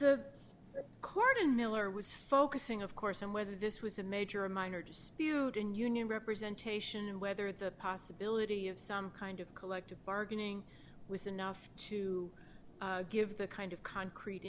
the court in miller was focusing of course on whether this was a major a minor dispute in union representation and whether the possibility of some kind of collective bargaining was enough to give the kind of concrete